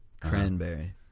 cranberry